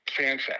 FanFest